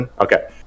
Okay